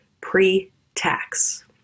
pre-tax